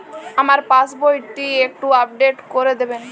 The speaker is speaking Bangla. আমার পাসবই টি একটু আপডেট করে দেবেন?